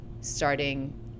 starting